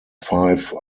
five